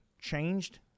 changed